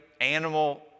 animal